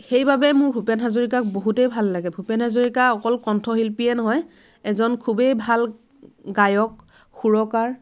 সেইবাবে মোৰ ভূপেন হাজৰিকাক বহুতেই ভাল লাগে ভূপেন হাজৰিকা অকল কন্ঠশিল্পীয়ে নহয় এজন খুবেই ভাল গায়ক সুৰকাৰ